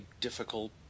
difficult